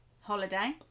holiday